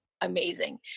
amazing